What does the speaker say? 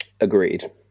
Agreed